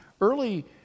Early